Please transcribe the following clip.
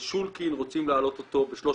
שולקין, רוצים להעלות אותו ב-300%,